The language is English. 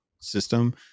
system